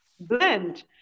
blend